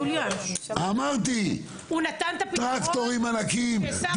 אמרתי: טרקטורים ענקיים,